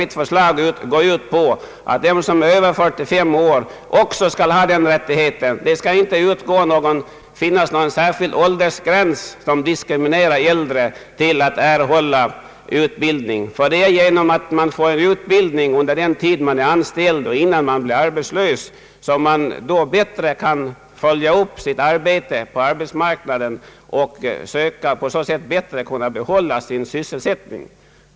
Mitt förslag går ut på att det inte skall finnas någon åldersgräns som diskriminerar äldre när det gäller att erhålla utbildning. Den som får utbildning innan han blir arbetslös har lättare ati behålla sin sysselsättning.